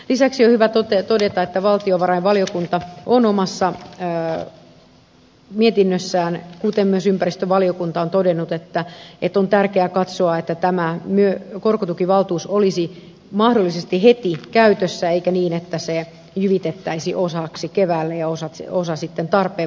lisäksi on hyvä todeta että valtiovarainvaliokunta on omassa mietinnössään kuten myös ympäristövaliokunta todennut että on tärkeää katsoa että tämä korkotukivaltuus olisi mahdollisesti heti käytössä eikä niin että se jyvitettäisiin osaksi keväälle ja osa sitten tarpeen mukaan